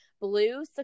blue